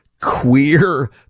queer